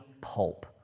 pulp